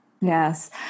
Yes